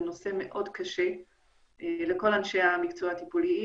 זה נושא מאוד קשה לכל אנשי המקצוע הטיפוליים,